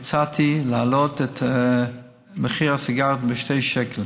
הצעתי להעלות את מחיר הסיגריות בשני שקלים,